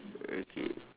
okay